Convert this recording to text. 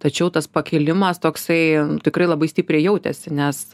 tačiau tas pakilimas toksai tikrai labai stipriai jautėsi nes